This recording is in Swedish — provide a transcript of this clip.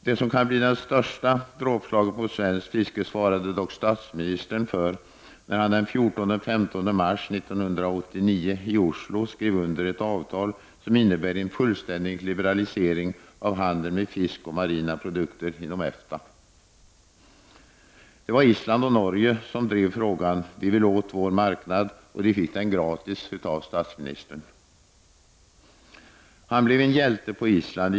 Det som kan bli det största dråpslaget mot svenskt fiske svarade dock statsministern för, när han den 14—15 mars 1989 i Oslo skrev under ett avtal som innebär en fullständig liberalisering av handeln med fisk och marina produkter inom EFTA. Det var Island och Norge som drev frågan. De ville åt vår marknad, och de fick den gratis av statsministern. Han blev en hjälte på Island.